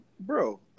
Bro